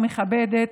מכבדת,